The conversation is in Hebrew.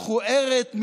מכוערת,